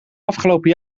afgelopen